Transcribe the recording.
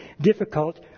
difficult